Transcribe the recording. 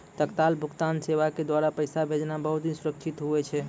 तत्काल भुगतान सेवा के द्वारा पैसा भेजना बहुत ही सुरक्षित हुवै छै